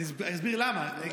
אני אסביר למה.